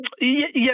Yes